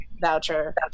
voucher